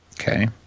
Okay